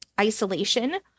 isolation